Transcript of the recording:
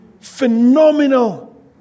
Phenomenal